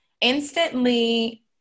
instantly